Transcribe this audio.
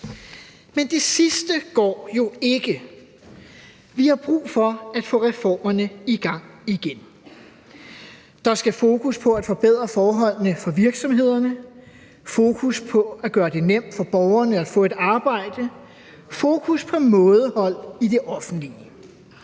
Men det sidste går jo ikke. Vi har brug for at få reformerne i gang igen. Der skal fokus på at forbedre forholdene for virksomhederne, fokus på at gøre det nemt for borgerne at få et arbejde, fokus på mådehold i det offentlige.